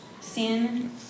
sin